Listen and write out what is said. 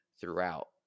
throughout